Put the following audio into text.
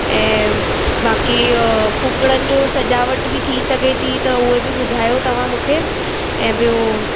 ऐं बाक़ी फूकिणनि जो सजावट बि थी सघे थी त उहे बि ॿुधायो तव्हां मूंखे ऐं ॿियो